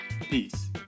Peace